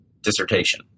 dissertation